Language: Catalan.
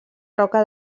roca